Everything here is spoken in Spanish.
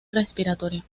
respiratorio